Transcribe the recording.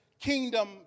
kingdom